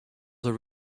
are